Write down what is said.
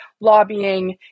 lobbying